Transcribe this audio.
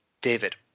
David